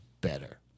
better